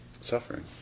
Suffering